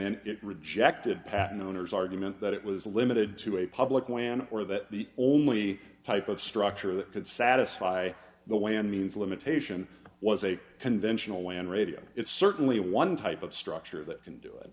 then it rejected patent owners argument that it was limited to a public land or that the only type of structure that could satisfy the way and means limitation was a conventional land radio it's certainly one type of structure that can do it